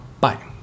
Bye